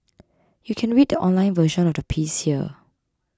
you can read the online version of the piece here